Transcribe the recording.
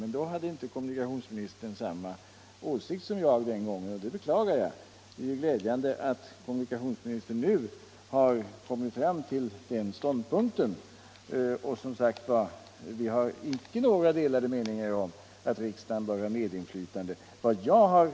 Men den gången hade kommunikationsministern inte samma åsikt som jag, och det beklagar jag. Det är glädjande att kommunikationsministern nu har kommit fram till den ståndpunkten. Vi har som sagt icke några delade meningar om att riksdagen bör ha medinflytande i dessa sammanhang.